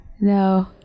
No